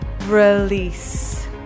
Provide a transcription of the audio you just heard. Release